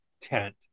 tent